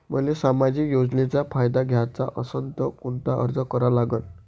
मले सामाजिक योजनेचा फायदा घ्याचा असन त कोनता अर्ज करा लागन?